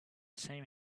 same